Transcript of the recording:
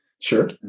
sure